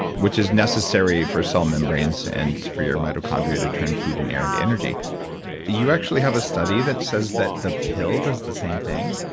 which is necessary for cell membranes and for your mitochondria to turn food and air into energy you actually have a study that says that the pill does the same thing?